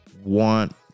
want